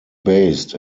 based